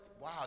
wow